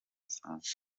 busanzwe